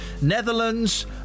Netherlands